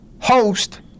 host